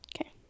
Okay